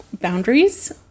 boundaries